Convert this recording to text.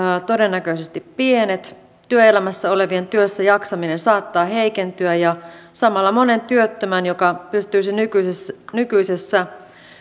todennäköisesti pienet työelämässä olevien työssäjaksaminen saattaa heikentyä ja samalla monen työttömän joka pystyisi nykyisessä nykyisessä